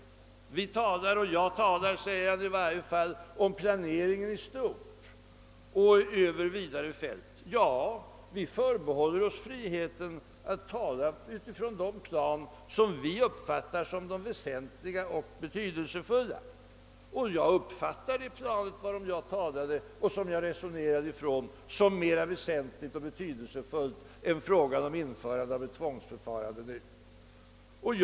Kommunikationsministern sade att i varje fall jag talar om planeringen i stort och över ett vidare fält. Ja, vi förbehåller oss friheten att tala från de plan som vi uppfattar som väsentliga och betydelsefulla. Och jag uppfattar det plan varifrån jag talade som mera väsentligt och betydelsefullt än frågan om införande av ett tvångsförfarande nu.